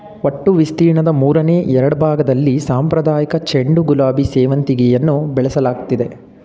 ಒಟ್ಟು ವಿಸ್ತೀರ್ಣದ ಮೂರನೆ ಎರಡ್ಭಾಗ್ದಲ್ಲಿ ಸಾಂಪ್ರದಾಯಿಕ ಚೆಂಡು ಗುಲಾಬಿ ಸೇವಂತಿಗೆಯನ್ನು ಬೆಳೆಸಲಾಗ್ತಿದೆ